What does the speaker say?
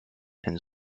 and